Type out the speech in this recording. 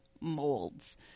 molds